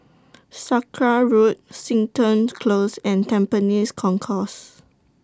Sakra Road Seton Close and Tampines Concourse